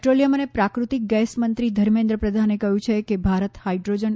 petroleum અને પ્રાકૃતિક ગેસમંત્રી ધર્મેન્દ્ર પ્રધાને કહ્યું છે કે ભારત હાઈડ્રોજન